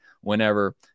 whenever